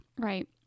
Right